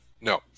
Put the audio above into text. No